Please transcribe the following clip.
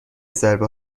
ضربه